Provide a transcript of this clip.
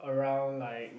around like